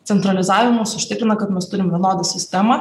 centralizavimas užtikrina kad mes turim vienodą sistemą